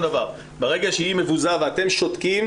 ברגע שהיא מבוזה ואתם שותקים